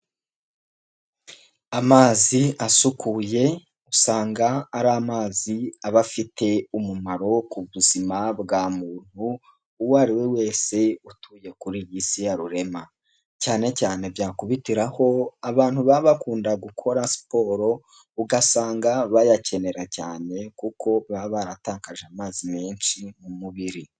Amazi asukuye usanga ari amazi aba afite umumaro ku buzima bwa muntu uwo ariwe wese utuye kuri iyi si ya Rurema, cyane cyane byakubitiraho abantu baba bakunda gukora siporo ugasanga bayakenera cyane kuko baba baratakaje amazi menshi mu mubiri.